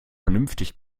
vernünftig